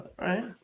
right